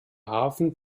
hafen